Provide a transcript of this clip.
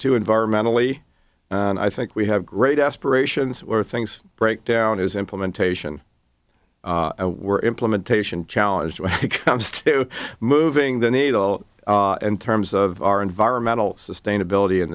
to environmentally and i think we have great aspirations or things break down is implementation we're implementation challenged comes to moving the needle and terms of our environmental sustainability in